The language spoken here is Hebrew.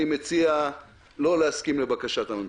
אני מציע לא להסכים לבקשת הממשלה.